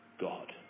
God